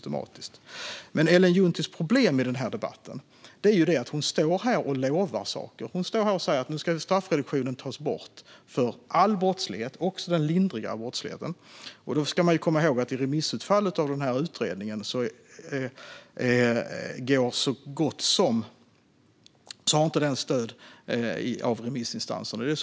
Ellen Junttis problem i den här debatten är att hon står här och lovar saker. Hon säger att straffreduktionen ska tas bort för all brottslighet, också den lindriga. Vi ska komma ihåg att det inte har stöd av remissinstanserna i utredningen.